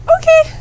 Okay